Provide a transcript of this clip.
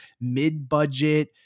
mid-budget